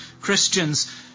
Christians